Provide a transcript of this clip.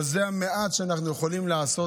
אבל זה המעט שאנחנו יכולים לעשות.